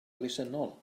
elusennol